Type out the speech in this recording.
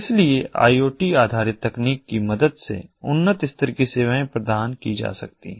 इसलिए I O T आधारित तकनीक की मदद से उन्नत स्तर की सेवाएं प्रदान की जा सकती हैं